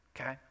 Okay